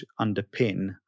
underpin